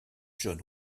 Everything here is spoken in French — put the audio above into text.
john